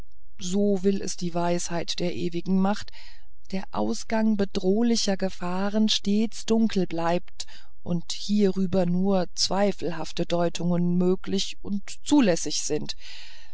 so will es die weisheit der ewigen macht der ausgang bedrohlicher gefahr stets dunkel bleibt und hierüber nur zweifelhafte deutungen möglich und zulässig sind